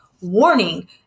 warning